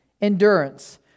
endurance